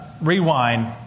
rewind